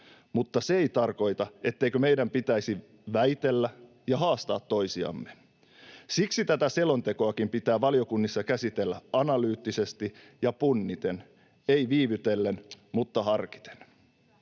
mutta se ei tarkoita, etteikö meidän pitäisi väitellä ja haastaa toisiamme. Siksi tätä selontekoakin pitää valiokunnissa käsitellä analyyttisesti ja punniten, ei viivytellen, mutta harkiten.